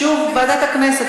שוב, ועדת הכנסת.